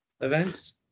events